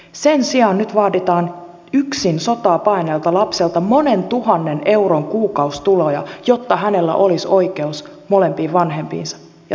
sen sijaan nyt vaaditaan yksin sotaa paenneelta lapselta monen tuhannen euron kuukausituloja jotta hänellä olisi oikeus molempiin vanhempiinsa ja sisaruksiinsa